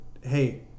hey